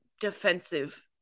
defensive